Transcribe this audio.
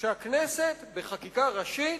והכנסת, בחקיקה ראשית,